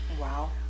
Wow